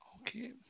Okay